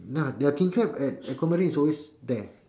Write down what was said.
no their king crab at aquamarine is always there